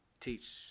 teach